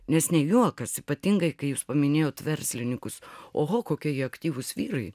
nes ne juokas ypatingai kai jūs paminėjot verslininkus oho kokie jie aktyvūs vyrai